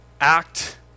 act